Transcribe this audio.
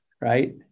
right